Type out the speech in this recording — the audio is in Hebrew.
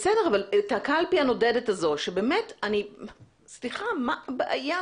בסדר, אבל הקלפי הנודדת הזאת, מה הבעיה?